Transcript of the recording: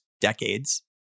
decades